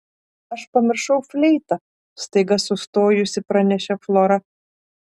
aš pamiršau fleitą staiga sustojusi pranešė flora